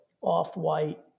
Off-White